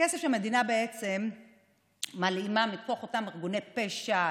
כסף שהמדינה מלאימה מאותם ארגוני פשע,